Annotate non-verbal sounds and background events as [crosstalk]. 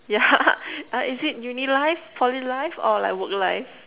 yeah [laughs] uh is it uni life Poly life or like work life